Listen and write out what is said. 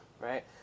right